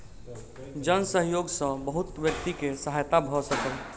जन सहयोग सॅ बहुत व्यक्ति के सहायता भ सकल